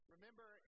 Remember